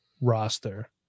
roster